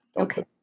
Okay